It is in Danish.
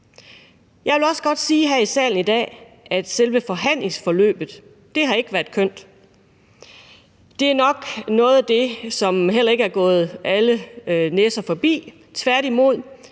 Jeg vil også godt sige her i salen i dag, at selve forhandlingsforløbet ikke har været kønt. Det er nok noget, som heller ikke er gået nogens næse forbi. Tværtimod